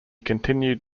continued